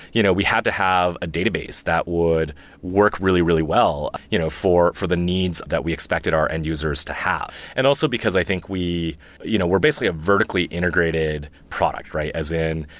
you know we had to have a database that would work really, really well you know for for the needs that we expected our end users to have and also, because i think we you know we're basically a vertically integrated product, right? as in,